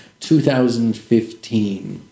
2015